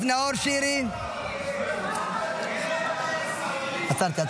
אתה יודע למה זה קורה?